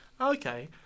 Okay